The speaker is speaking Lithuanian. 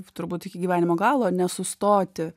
turbūt iki gyvenimo galo nesustoti